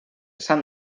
sant